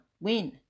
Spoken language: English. win